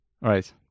right